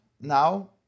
now